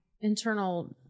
internal